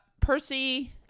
Percy